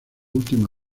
última